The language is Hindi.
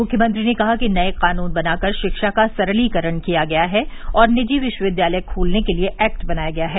मुख्यमंत्री ने कहा कि नये कानून बनाकर शिक्षा का सरलीकरण किया गया है और निजी विश्वविद्यालय खोलने के लिये एक्ट बनाया गया है